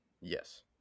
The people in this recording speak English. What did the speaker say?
Yes